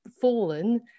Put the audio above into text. fallen